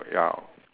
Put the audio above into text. ya